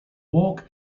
walk